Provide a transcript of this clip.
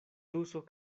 tuso